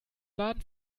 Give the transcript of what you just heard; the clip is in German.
baden